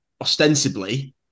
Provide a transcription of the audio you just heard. ostensibly